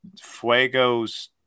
Fuego's